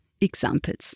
examples